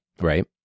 Right